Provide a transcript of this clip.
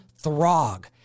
Throg